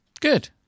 Good